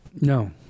No